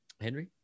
Henry